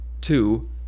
two